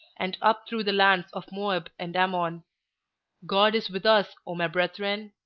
and up through the lands of moab and ammon. god is with us, o my brethren!